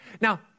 now